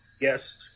Yes